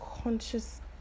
conscious